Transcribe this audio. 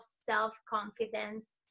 self-confidence